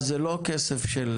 אז זה לא כסף שלנו?